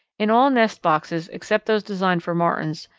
in all nest boxes, except those designed for martins,